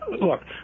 look